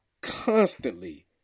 constantly